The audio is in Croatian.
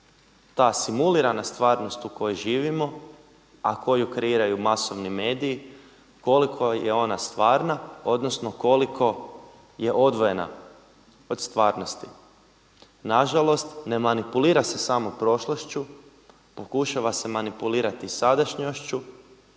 ta simulirana stvarnost u kojoj živimo, a koju kreiraju masovni mediji koliko je ona stvarna odnosno koliko je odvojena od stvarnosti. Nažalost, ne manipulira se samo prošlošću, pokušava se manipulirati i sadašnjošću,